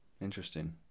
Interesting